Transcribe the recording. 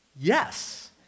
Yes